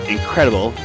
Incredible